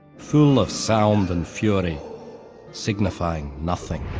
full of sound and fury signifying nothing.